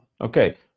Okay